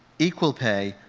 equal pay,